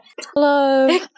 Hello